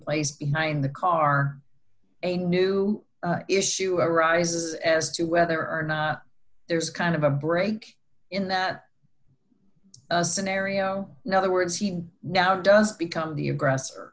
place behind the car a new issue arises as to whether or not there's kind of a break in that scenario now the words he now does become the aggressor